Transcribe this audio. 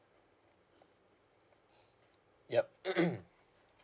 yup